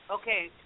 Okay